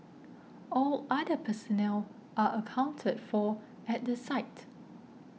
all other personnel are accounted for at the site